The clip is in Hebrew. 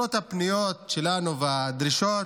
למרות הפניות שלנו והדרישות